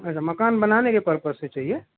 अच्छा मकान बनाने के परपस से चाहिए